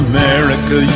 America